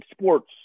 sports